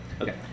Okay